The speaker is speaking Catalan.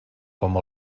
com